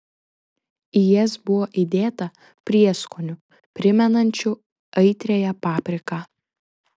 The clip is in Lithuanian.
į jas buvo įdėta prieskonių primenančių aitriąją papriką